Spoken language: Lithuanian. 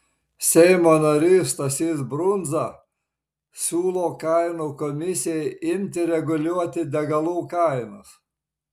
seimo narys stasys brundza siūlo kainų komisijai imti reguliuoti degalų kainas